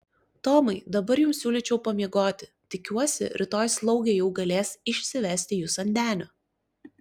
tomai dabar jums siūlyčiau pamiegoti tikiuosi rytoj slaugė jau galės išsivesti jus ant denio